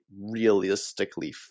realistically